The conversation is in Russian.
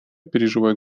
переживают